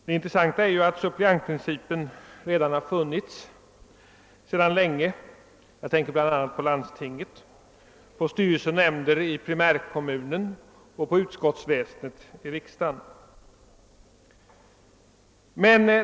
Det intressanta är att suppleantprincipen sedan länge har tillämpats i praktiken; jag tänker bl.a. på landstinget, på styrelser och nämnder i primärkommunen och på utskottsväsendet i riksdagen.